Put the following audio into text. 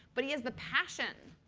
but he has the passion.